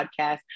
podcast